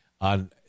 On